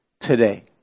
today